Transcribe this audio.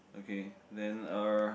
okay then er